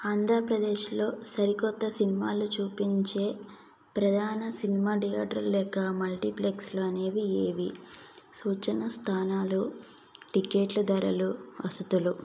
ఆంధ్రప్రదేశ్లో సరికొత్త సినిమాలు చూపించే ప్రధాన సినిమా థియేటర్ లెక్క మల్టీప్లెక్స్లు అనేవి ఏవి సూచన స్థానాలు టికెట్లు ధరలు వసతులు